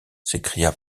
s’écria